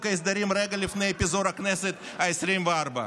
ההסדרים רגע לפני פיזור הכנסת העשרים-וארבע.